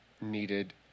needed